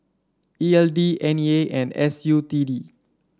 E L D N E A and S U T D